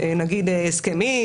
נניח הסכמית,